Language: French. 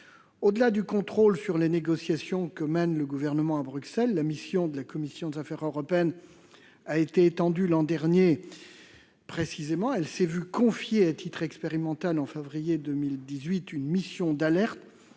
Au-delà du contrôle sur les négociations que mène le Gouvernement à Bruxelles, la mission de la commission des affaires européennes a été étendue l'an dernier. Précisément, la commission s'est vue confier à titre expérimental en février 2018 une mission d'alerte